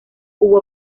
hubo